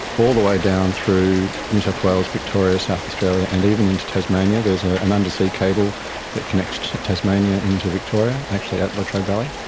all the way down through new south wales, victoria, south australia, and even into tasmania, there's an undersea cable that connects tasmania into victoria, actually at latrobe valley.